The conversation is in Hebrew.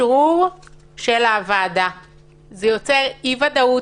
יושב-ראש הוועדה נכנס לבידוד,